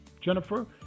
Jennifer